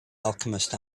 alchemist